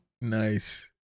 nice